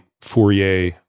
Fourier